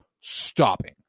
stopping